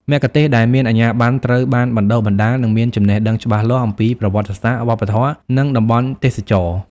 មគ្គុទ្ទេសក៍ដែលមានអាជ្ញាប័ណ្ណត្រូវបានបណ្តុះបណ្តាល និងមានចំណេះដឹងច្បាស់លាស់អំពីប្រវត្តិសាស្ត្រ វប្បធម៌ និងតំបន់ទេសចរណ៍។